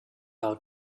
out